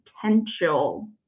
potential